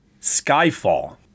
Skyfall